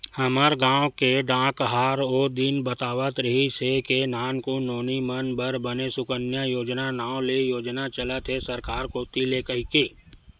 हमर गांव के डाकहार ओ दिन बतात रिहिस हे के नानकुन नोनी मन बर बने सुकन्या योजना नांव ले योजना चलत हे सरकार कोती ले कहिके